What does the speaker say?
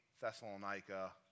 Thessalonica